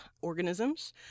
Organisms